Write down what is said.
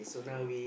so